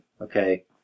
Okay